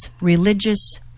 religious